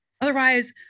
Otherwise